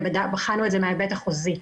בחנו את זה מההיבט החוזי.